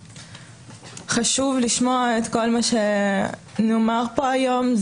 חשוב לשמוע את כל מה שנאמר פה היום,